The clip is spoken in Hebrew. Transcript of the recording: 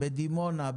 בדימונה,